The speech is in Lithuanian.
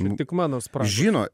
vien tik mano spragos žinot